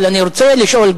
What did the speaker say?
אבל אני רוצה לשאול,